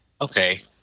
okay